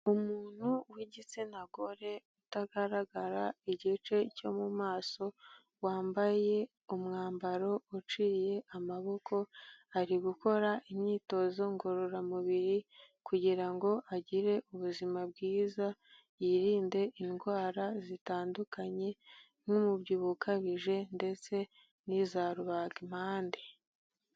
Umuntu w'igitsina gore utagaragara igice cyo mu maso wambaye umwambaro uciye amaboko, ari gukora imyitozo ngororamubiri kugira ngo agire ubuzima bwiza, yirinde indwara zitandukanye n'umubyibuho ukabije ndetse n'iza rubagimpande.